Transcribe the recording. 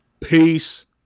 Peace